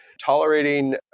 tolerating